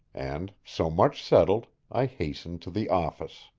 and, so much settled, i hastened to the office.